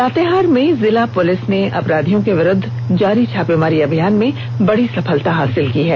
लातेहार में जिला पुलिस ने अपराधियों के विरूद्व जारी छापेमारी अभियान में बड़ी सफलता हासिल की है